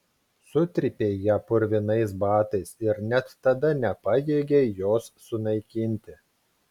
sutrypei ją purvinais batais ir net tada nepajėgei jos sunaikinti